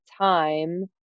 time